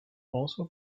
also